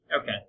Okay